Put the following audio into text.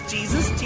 Jesus